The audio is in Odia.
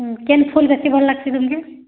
ହୁଁ କେନ୍ ଫୁଲ୍ ବେଶୀ ଭଲ୍ ଲାଗ୍ସି ତମ୍କେ